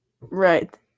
right